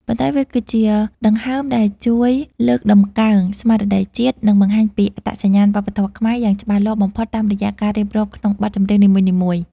ប៉ុន្តែវាគឺជាដង្ហើមដែលជួយលើកតម្កើងស្មារតីជាតិ និងបង្ហាញពីអត្តសញ្ញាណវប្បធម៌ខ្មែរយ៉ាងច្បាស់លាស់បំផុតតាមរយៈការរៀបរាប់ក្នុងបទចម្រៀងនីមួយៗ។